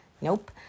Nope